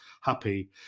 happy